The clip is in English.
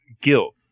guilt